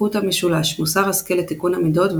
החוט המשולש – מוסר השכל לתיקון המידות,